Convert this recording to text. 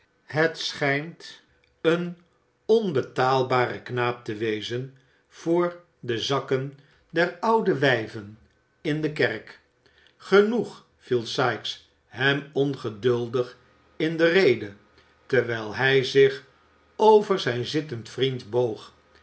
het schijnt een onbetaalbare knaap te wezen voor de zakken der oude wijven in de kerk genoeg viel sikes hem ongeduldig in de rede terwijl hij zich over zijn zittenden vriend boog